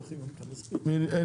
הצבעה בעד,